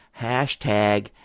Hashtag